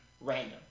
random